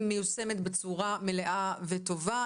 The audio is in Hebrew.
מיושמת בצורה מלאה וטובה?